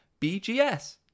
BGS